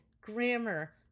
grammar